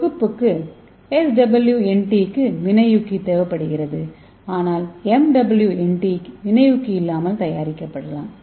தொகுப்புக்கு SWNT க்கு வினையூக்கி தேவைப்படுகிறது ஆனால் MWNT வினையூக்கி இல்லாமல் தயாரிக்கப்படலாம்